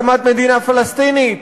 הקמת מדינה פלסטינית,